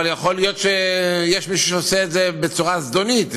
אבל יכול להיות שיש מישהו שעושה את זה בצורה זדונית.